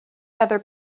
other